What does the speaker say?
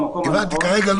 כרגע זה